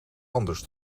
anders